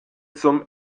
zum